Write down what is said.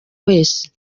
wese